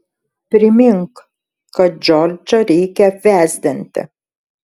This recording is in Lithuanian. primink kad džordžą reikia apvesdinti